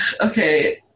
okay